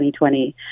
2020